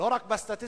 ולא רק הסטטיסטיקה.